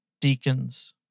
deacons